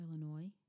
Illinois